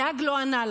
הנהג לא ענה לה.